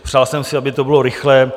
Přál jsem si, aby to bylo rychlé.